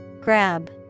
Grab